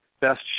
best